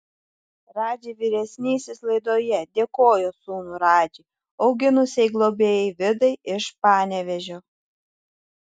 radži vyresnysis laidoje dėkojo sūnų radži auginusiai globėjai vidai iš panevėžio